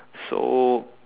so